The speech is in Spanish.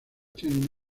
tienen